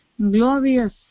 glorious